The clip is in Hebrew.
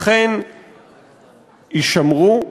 אכן יישמרו,